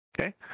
Okay